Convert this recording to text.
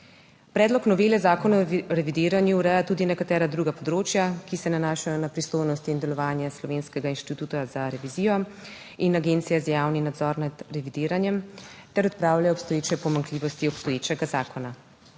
Predlog novele Zakona o revidiranju ureja tudi nekatera druga področja, ki se nanašajo na pristojnosti in delovanje Slovenskega inštituta za revizijo in Agencije za javni nadzor nad revidiranjem, ter odpravlja obstoječe pomanjkljivosti obstoječega zakona.